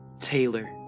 Taylor